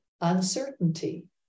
uncertainty